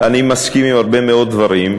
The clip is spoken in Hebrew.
אני מסכים עם הרבה מאוד דברים,